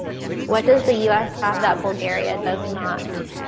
what does the u s. have that bulgaria does not.